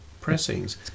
pressings